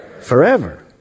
Forever